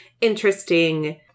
interesting